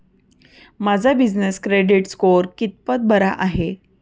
माझा business credit score कितपत बरा आहे?